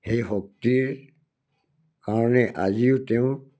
সেই শক্তিৰ কাৰণে আজিও তেওঁ